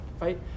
right